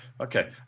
Okay